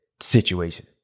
situation